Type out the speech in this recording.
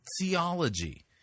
theology